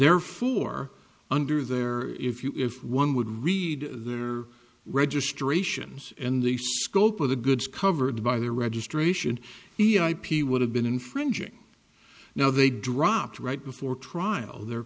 therefore under their if you if one would read their registrations and the scope of the goods covered by their registration he ip would have been infringing now they dropped right before trial the